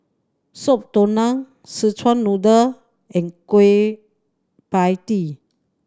Soup Tulang Szechuan Noodle and Kueh Pie Tee